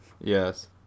Yes